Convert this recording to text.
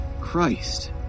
Christ